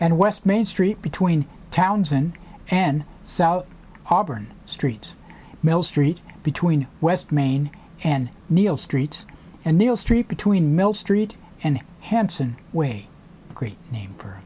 and west main street between townsend and south auburn street mill street between west main and neal street and neil street between mill street and hansen way great name for